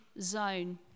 zone